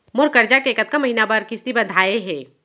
मोर करजा के कतका महीना बर किस्ती बंधाये हे?